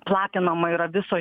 platinama yra viso